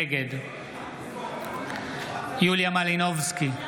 נגד יוליה מלינובסקי,